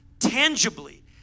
tangibly